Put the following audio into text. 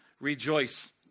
rejoice